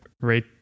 right